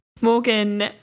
Morgan